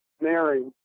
Mary